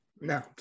No